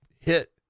hit